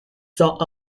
saw